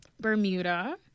Bermuda